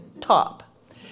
top